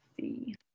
see